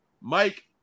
Mike